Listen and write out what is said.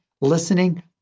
listening